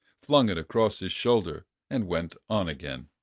flung it across his shoulder, and went on again.